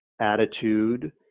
attitude